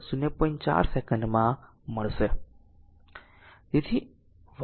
4 સેકન્ડમાં મળશે